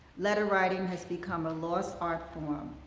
letter writing has become a lost art form,